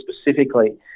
specifically